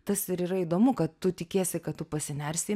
tas ir yra įdomu kad tu tikiesi kad tu pasinersi į